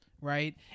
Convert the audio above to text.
right